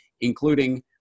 including